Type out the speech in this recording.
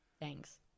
Thanks